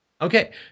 Okay